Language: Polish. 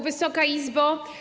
Wysoka Izbo!